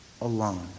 alone